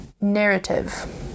narrative